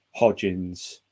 Hodgins